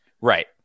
Right